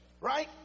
right